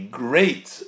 great